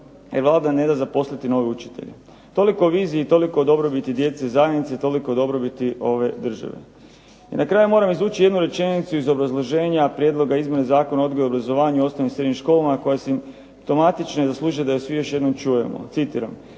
jer Vlada ne da zaposliti nove učitelje. Toliko o viziji, toliko o dobrobiti djece zamjenice i toliko o dobrobiti ove države. I na kraju moram izvući jednu rečenicu iz obrazloženja Prijedloga izmjena Zakona o odgoju i obrazovanju u osnovnim i srednjim školama koje su .../Govornik se ne razumije./... i zaslužuje da je svi još jednom čujemo, citiram